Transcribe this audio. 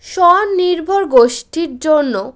স্বনির্ভর গোষ্ঠীর জন্য